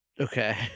Okay